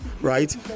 right